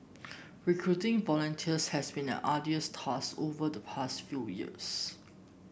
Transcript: recruiting volunteers has been an arduous task over the past few years